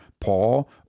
Paul